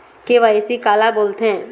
KYC काला बोलथें?